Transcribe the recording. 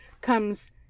comes